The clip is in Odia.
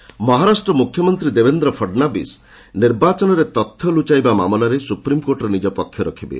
ଫଡନାବିଶ୍ ମହାରାଷ୍ଟ୍ର ମୁଖ୍ୟମନ୍ତ୍ରୀ ଦେବେନ୍ଦ୍ର ଫଡ଼ନାବିଶ୍ ନିର୍ବାଚନରେ ତଥ୍ୟ ଲୁଚାଇବା ମାମଲାରେ ସୁପ୍ରିମ୍କୋର୍ଟରେ ନିଜ ପକ୍ଷ ରଖିବେ